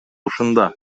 ушунда